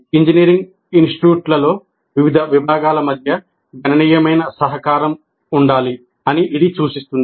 engineering ఇనిస్టిట్యూట్లో వివిధ విభాగాల మధ్య గణనీయమైన సహకారం ఉండాలి అని ఇది సూచిస్తుంది